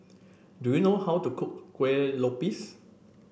do you know how to cook Kueh Lopes